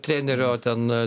trenerio ten